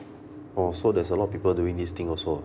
orh so there's a lot of people doing this thing also ah